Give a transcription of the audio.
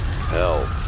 Hell